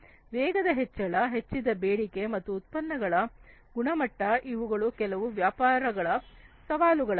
ವೇಗದ ಹೆಚ್ಚಳ ಹೆಚ್ಚಿದ ಬೇಡಿಕೆ ಮತ್ತು ಉತ್ಪನ್ನಗಳ ಗುಣಮಟ್ಟ ಇವುಗಳು ಕೆಲವು ವ್ಯಾಪಾರಗಳು ಸವಾಲುಗಳಾಗಿವೆ